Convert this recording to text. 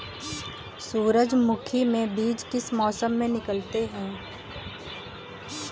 सूरजमुखी में बीज किस मौसम में निकलते हैं?